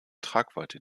tragweite